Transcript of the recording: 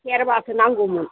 सेरबासो नांगौमोन